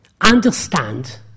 understand